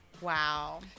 Wow